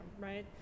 right